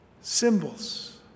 symbols